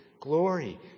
glory